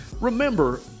Remember